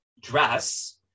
dress